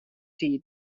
tiid